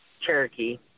Cherokee